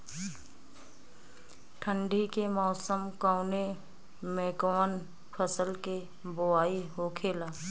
ठंडी के मौसम कवने मेंकवन फसल के बोवाई होखेला?